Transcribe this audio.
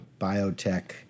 biotech